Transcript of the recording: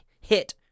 hit